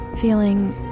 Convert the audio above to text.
feeling